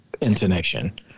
intonation